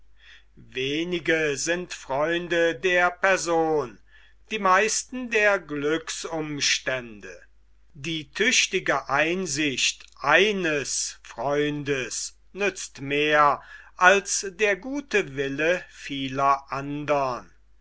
wenige sind freunde der person die meisten der glücksumstände die tüchtige einsicht eines freundes nützt mehr als der gute wille vieler andern